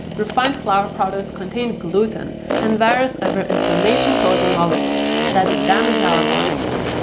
refined flour products contain gluten and various other inflammation causing molecules that damage our bodies.